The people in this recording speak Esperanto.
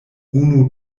unu